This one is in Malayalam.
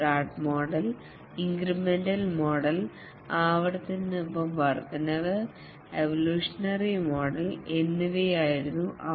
റാഡ് മോഡൽ ഇൻക്രിമെന്റൽ മോഡൽ ആവർത്തനത്തിനൊപ്പം വർദ്ധനവ് എവൊല്യൂഷനറി മോഡൽ എന്നിവയായിരുന്നു അവ